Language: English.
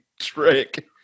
trick